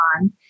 on